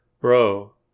bro